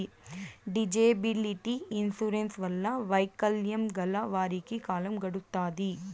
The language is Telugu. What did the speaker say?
డిజేబిలిటీ ఇన్సూరెన్స్ వల్ల వైకల్యం గల వారికి కాలం గడుత్తాది